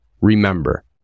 Remember